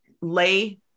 lay